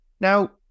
Now